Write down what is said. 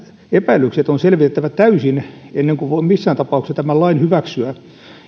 epäilykset on selvitettävä täysin ennen kuin voin missään tapauksessa tämän lain hyväksyä